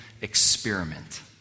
experiment